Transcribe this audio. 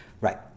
Right